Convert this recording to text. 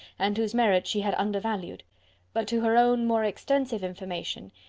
and whose merit she had undervalued but to her own more extensive information,